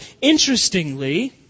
interestingly